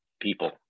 people